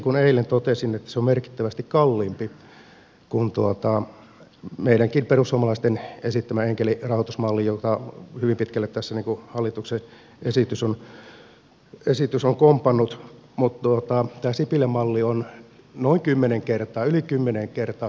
kuten eilen totesin se on merkittävästi kalliimpi kuin meidän perussuomalaistenkin esittämä enkelirahoitusmalli jota hyvin pitkälle tässä hallituksen esitys on kompannut ja minun täytyy sanoa että tämä sipilän malli on kustannusvaikutuksiltaan yli kymmenen kertaa kalliimpi